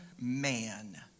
man